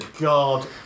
God